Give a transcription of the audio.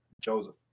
Joseph